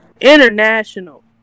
international